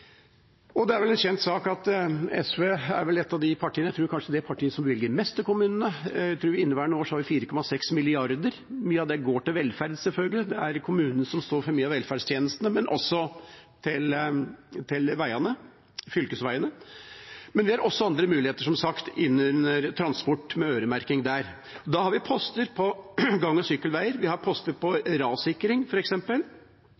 jeg tror det er 4,6 mrd. kr for inneværende år. Mye av det går til velferd, selvfølgelig, for det er jo kommunene som står for mye av velferdstjenestene, men også til fylkesveiene. Vi har også andre muligheter, som sagt, med øremerking innen transport. Vi har poster på gang- og sykkelveier, vi har poster